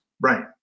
Right